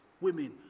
women